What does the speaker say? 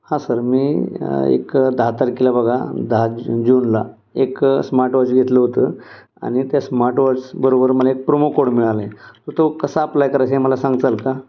हां सर मी एक दहा तारखेला बघा दहा जूनला एक स्मार्टवॉच घेतलं होतं आणि त्या स्मार्टवॉचबरोबर मला एक प्रोमो कोड मिळालेय तो कसा अप्लाय करायचा आहे हे मला सांगशाल का